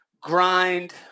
grind